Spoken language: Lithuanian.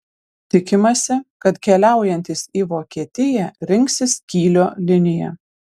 tikimasi kad keliaujantys į vokietiją rinksis kylio liniją